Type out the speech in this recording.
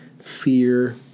Fear